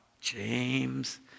James